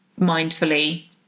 mindfully